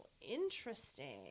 Interesting